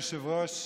אדוני היושב-ראש,